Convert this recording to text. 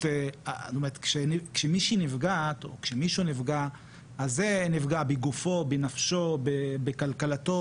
זה בסופו של דבר דברים שמתייחסים אליהם,